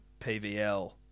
PVL